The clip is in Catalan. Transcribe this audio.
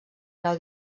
grau